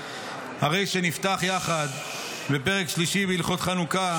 הרי שנפתח יחד בפרק שלישי בהלכות חנוכה,